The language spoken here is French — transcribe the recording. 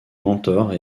mentors